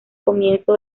comienzo